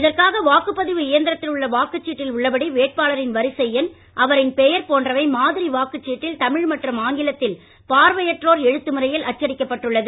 இதற்காக வாக்குப்பதிவு இயந்திரத்தில் உள்ள வாக்குச்சீட்டில் உள்ளபடி வேட்பாளரின் வரிசை எண் அவரின் பெயர் போன்றவை மாதிரி வாக்குச்சீட்டில் தமிழ் மற்றும் ஆங்கிலத்தில் பார்வையற்றோர் எழுத்து முறையில் அச்சடிக்கப்பட்டுள்ளது